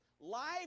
Life